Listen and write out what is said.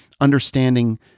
understanding